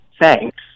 Thanks